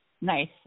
Nice